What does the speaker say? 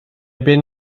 been